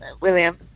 William